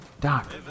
Doc